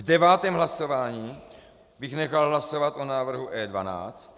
V devátém (?) hlasování bych nechal hlasovat o návrhu E12.